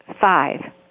Five